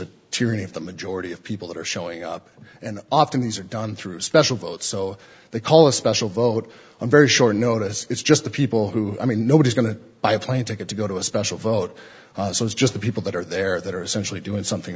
of the majority of people that are showing up and often these are done through special votes so they call a special vote a very short notice it's just the people who i mean nobody's going to buy a plane ticket to go to a special vote so it's just the people that are there that are essentially doing something